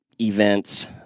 events